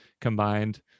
combined